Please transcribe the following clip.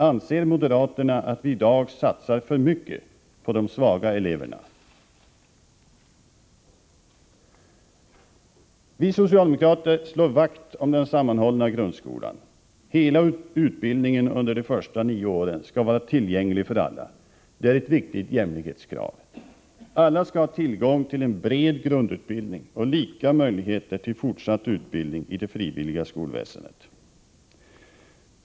Anser moderaterna att vi i dag satsar för mycket på de svaga eleverna? Vi socialdemokrater slår vakt om den sammanhållna grundskolan. Hela utbildningen under de första nio åren skall vara tillgänglig för alla. Det är ett viktigt jämlikhetskrav. Alla skall ha tillgång till en bred grundutbildning och lika möjligheter till fortsatt utbildning i det frivilliga skolväsendet.